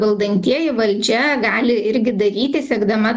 valdantieji valdžia gali irgi daryti siekdama